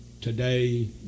today